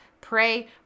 pray